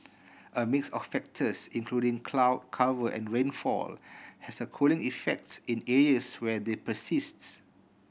a mix of factors including cloud cover and rainfall has a cooling effects in areas where they persists